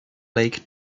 lake